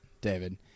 David